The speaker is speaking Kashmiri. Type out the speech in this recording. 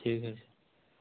ٹھیٖک حظ چھُ